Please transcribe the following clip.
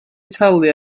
talu